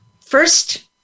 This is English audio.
first